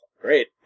great